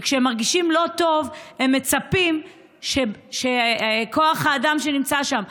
וכשמרגישים לא טוב הם מצפים שכוח האדם שנמצא שם,